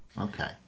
Okay